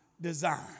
design